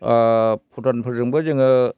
भुटानफोरजोंबो जोङो